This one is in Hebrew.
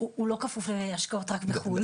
הוא לא כפוף להשקעות רק בחו"ל.